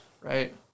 right